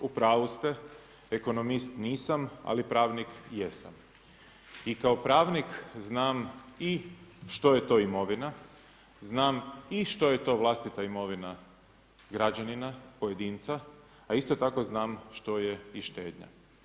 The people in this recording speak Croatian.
Upravu ste, ekonomist nisam, ali pravnik jesam i kao pravnik znam i što je to imovina, znam i što je to vlastita imovina građanina pojedinca, a isto tako znam što je i štednja.